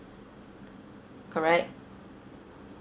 correct